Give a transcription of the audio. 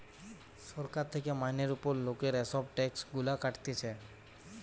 সরকার থেকে মাইনের উপর লোকের এসব ট্যাক্স গুলা কাটতিছে